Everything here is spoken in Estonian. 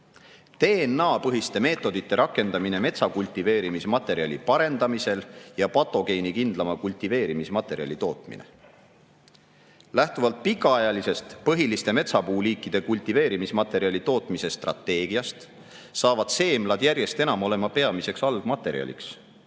"DNA-põhiste meetodite rakendamine metsakultiveerimismaterjali parendamisel ja patogeenikindlama kultiveerimismaterjali tootmine". Lähtuvalt pikaajalisest põhiliste metsapuuliikide kultiveerimismaterjali tootmise strateegiast, saavad seemlad järjest enam olema peamiseks algmaterjaliks,